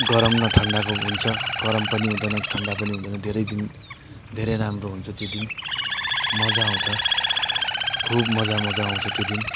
गरम न ठन्डाको हुन्छ गरम पनि हुँदैन ठन्डा पनि हुँदैन धेरै दिन धेरै राम्रो हुन्छ त्यो दिन मजा आउँछ खुब मजा मजा आउँछ त्यो दिन